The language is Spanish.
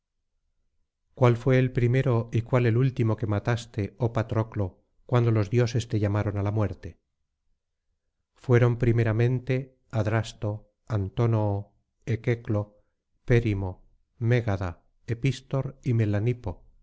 cuál fué el primero y cuál el último que mataste oh patroclo cuando los dioses te llamaron á la muerte fueron primeramente adrasto antónoo equeclo périmo mégada epístor y melanipo